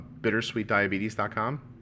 bittersweetdiabetes.com